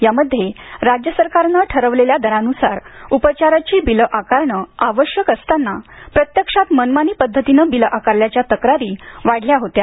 यामध्ये राज्यसरकारने ठरवलेल्या दरांनुसार उपचाराची बिले आकारणे आवश्य क असताना प्रत्यक्षात मनमानी पद्धतीने बिले आकारल्याच्या तक्रारी वाढल्या होत्या